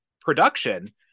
production